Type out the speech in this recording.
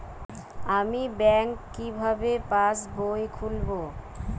আমি ব্যাঙ্ক কিভাবে পাশবই খুলব?